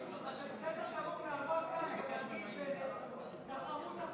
אז זה בסדר גמור לעמוד כאן ולהגיד: תחרות,